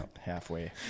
Halfway